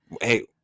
Hey